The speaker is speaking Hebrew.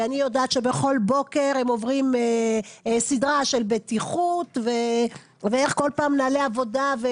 ואני יודעת שבכל בוקר הם עוברים סדרה של בטיחות ונהלי עבודה.